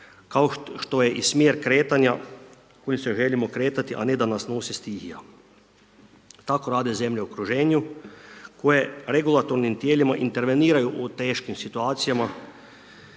Kao što je i smjer kretanja kojim se želimo kretati, a ne da nas nosi stihija. Tako rade zemlje u okruženju koje regulatornim tijelima interveniraju u teškim situacijama.